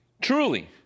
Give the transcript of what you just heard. Truly